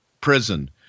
prison